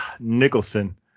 Nicholson